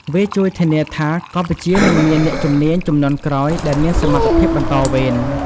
វាជួយធានាថា កម្ពុជានឹងមាន អ្នកជំនាញជំនាន់ក្រោយដែលមានសមត្ថភាពបន្តវេន។